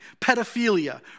pedophilia